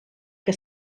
que